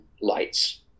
lights